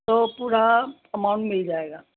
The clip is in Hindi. तो पूरा अमाउंट मिल जाएगा